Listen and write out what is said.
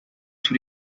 tous